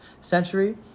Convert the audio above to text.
century